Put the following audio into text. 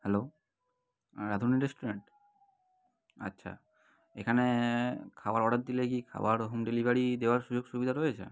hello Radhuni restaurant আচ্ছা এখানে খাবার অর্ডার দিলে কি খাবার হোম ডেলিভারি দেওয়ার সুযোগ সুবিদা রয়েছে